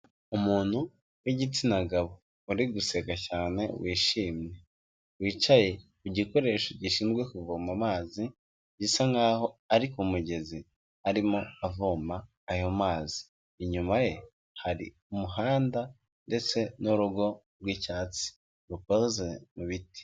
Umuntu w'igitsina gabo uri guseka cyane wishimye, wicaye ku gikoresho gishinzwe kuvoma amazi, bisa nk'aho ari ku mugezi arimo avoma ayo mazi, inyuma ye hari umuhanda ndetse n'urugo rw'icyatsi rukoze mu biti.